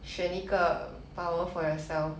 选一个 power for yourself